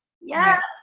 Yes